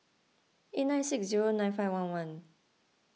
eight nine six zero nine five one one